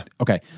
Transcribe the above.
Okay